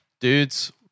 dudes